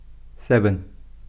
seven